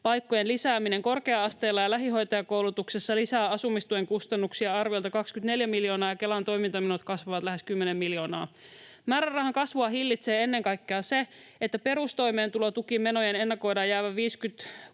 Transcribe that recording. opiskelupaikkojen lisääminen korkea-asteella ja lähihoitajakoulutuksessa lisää asumistuen kustannuksia arviolta 24 miljoonaa ja Kelan toimintamenot kasvavat lähes 10 miljoonaa. Määrärahan kasvua hillitsee ennen kaikkea se, että perustoimeentulotukimenojen ennakoidaan jäävän